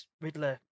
Riddler